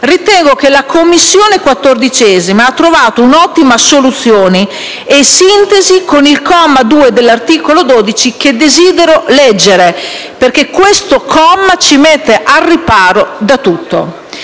ritengo che la 14ª Commissione abbia trovato un'ottima soluzione e sintesi con il comma 2 dell'articolo 12 che desidero leggere, perché esso ci mette al riparo da tutto: